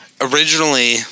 originally